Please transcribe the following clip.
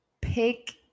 pick